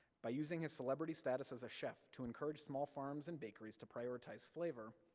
by using his celebrity status as chef to encourage small farms and bakeries to prioritize flavor,